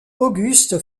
auguste